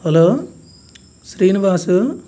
hello Srinivasu